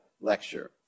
lecture